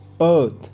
Earth